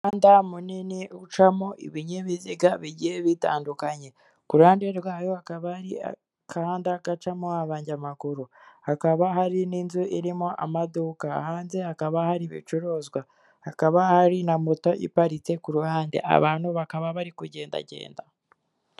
Umuhanda munini ucamo ibinyabiziga bigiye bitandukanye, ku ruhande rwayo hakaba hari agahanda gacamo abanyamaguru, hakaba hari n'inzu irimo amaduka, hanze hakaba hari ibicuruzwa, hakaba hari na moto iparitse ku ruhande, abantu bakaba bari kugendagenda.